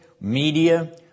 media